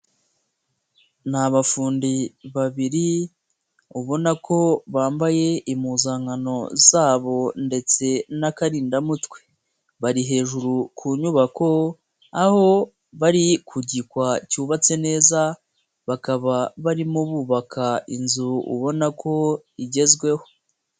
Ni abafundi babiri ubona ko bambaye impuzankano zabo ndetse n'akarindamutwe, bari hejuru ku nyubako aho bari ku gikwa cyubatse neza bakaba barimo bubaka inzu ubona ko igezweho.